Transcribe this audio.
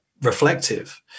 reflective